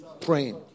praying